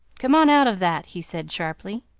come on out of that! he said sharply.